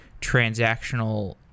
transactional